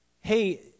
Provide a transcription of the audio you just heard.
hey